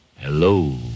Hello